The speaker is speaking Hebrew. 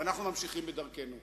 נגיד, כאילו,